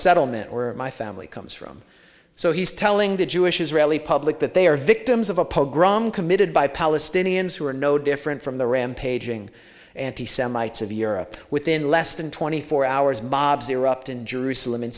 settlement or my family comes from so he's telling the jewish israeli public that they are victims of a program committed by palestinians who are no different from the rampaging anti semites of europe within less than twenty four hours mobs erupt in jerusalem in